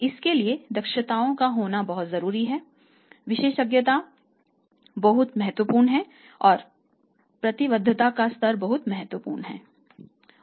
इसके लिए दक्षताओं का होना बहुत जरूरी है विशेषज्ञता बहुत महत्वपूर्ण है और प्रतिबद्धता का स्तर बहुत महत्वपूर्ण है